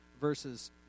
verses